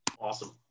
Awesome